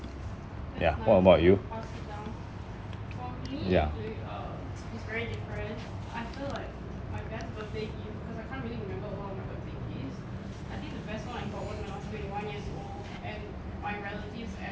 ya what about you ya